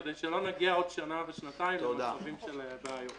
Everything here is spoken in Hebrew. כדי שלא נגיע עוד שנה ושנתיים למצבים של היום.